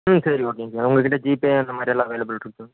ம் சரி ஓகேங்க சார் உங்கள்கிட்ட ஜிபே அந்தமாதிரியெல்லாம் அவைலபிள்ருக்கா